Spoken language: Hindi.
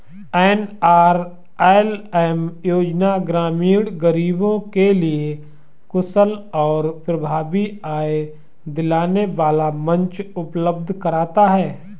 एन.आर.एल.एम योजना ग्रामीण गरीबों के लिए कुशल और प्रभावी आय दिलाने वाला मंच उपलब्ध कराता है